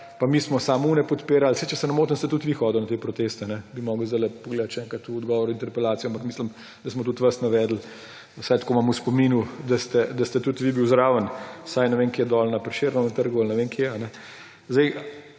pa mi smo samo one podpirali. Saj, če se ne motim, ste tudi vi hodili na te proteste. Bi moral zdaj pogledati še enkrat v odgovor interpelacije, ampak mislim, da smo tudi vas navedli, vsaj tako imam v spominu, da ste tudi vi bili zraven, na Prešernovem trgu ali ne vem kje. Kaj